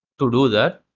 to do that,